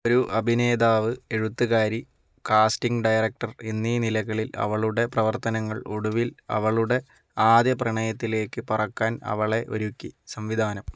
ഒരു അഭിനേതാവ് എഴുത്തുകാരി കാസ്റ്റിംഗ് ഡയറക്ടർ എന്നീ നിലകളിൽ അവളുടെ പ്രവർത്തനങ്ങൾ ഒടുവിൽ അവളുടെ ആദ്യ പ്രണയത്തിലേക്ക് പറക്കാൻ അവളെ ഒരുക്കി സംവിധാനം